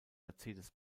mercedes